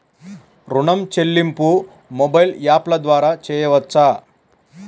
ఋణం చెల్లింపు మొబైల్ యాప్ల ద్వార చేయవచ్చా?